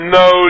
no